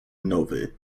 nowy